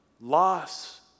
loss